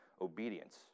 obedience